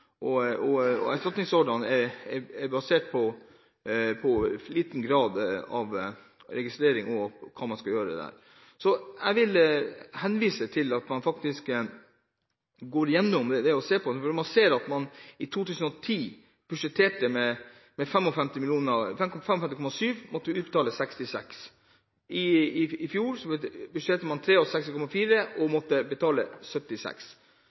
basert på registrering – og hva man skal gjøre der. Jeg vil anmode om at man faktisk går igjennom og ser på dette. Man vil se at man i 2010 budsjetterte med 55,7 mill. kr, og at det ble utbetalt 66 mill. kr. I fjor budsjetterte man med 63,4 mill. kr og måtte betale 76